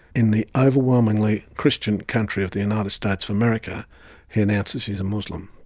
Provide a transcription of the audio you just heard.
in the overwhelmingly christian country of the united states of america he announces he is a muslim.